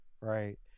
right